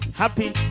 Happy